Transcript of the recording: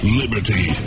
liberty